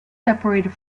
separated